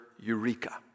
eureka